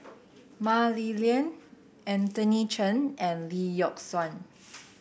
Mah Li Lian Anthony Chen and Lee Yock Suan